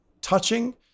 touching